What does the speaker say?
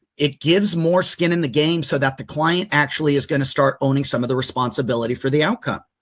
it gives more skin in the game so that the client actually is going to start owning some of the responsibility for the outcome.